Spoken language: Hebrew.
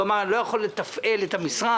הוא אמר: "אני לא יכול לתפעל את המשרד".